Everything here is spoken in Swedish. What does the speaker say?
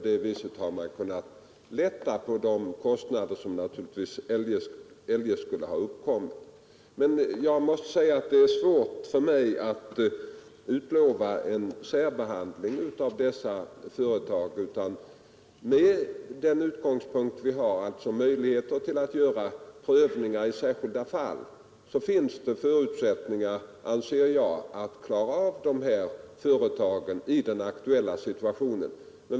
Därigenom har man kunnat sänka de kostnader som naturligtvis annars skulle ha uppkommit. Men det är svårt för mig att utlova en särbehandling av dessa företag. Med den utgångspunkt vi har — alltså möjligheter att göra prövningar i särskilda fall — anser jag att det finns förutsättningar att lösa dessa företags problem i den aktuella situationen.